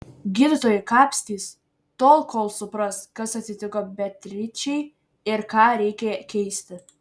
gydytojai kapstys tol kol supras kas atsitiko beatričei ir ką reikia keisti